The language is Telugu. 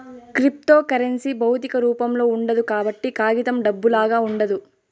క్రిప్తోకరెన్సీ భౌతిక రూపంలో ఉండదు కాబట్టి కాగితం డబ్బులాగా ఉండదు